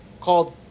called